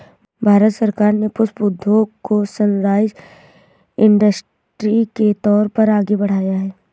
भारत सरकार ने पुष्प उद्योग को सनराइज इंडस्ट्री के तौर पर आगे बढ़ाया है